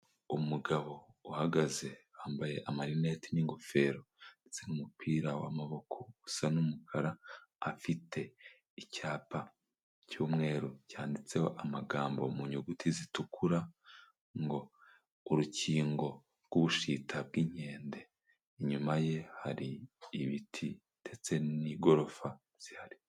Umugabo uhagaze wambaye amarinete n'ingofero, ndetse n'umupira w'amaboko usa n'umukara, afite icyapa cy'umweru cyanditseho amagambo mu nyuguti zitukura ngo urukingo rw'ubushita bw'inkende, inyuma ye hari ibiti ndetse n'igorofa zihari.